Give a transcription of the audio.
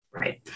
Right